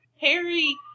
Harry